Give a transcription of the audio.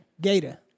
Gator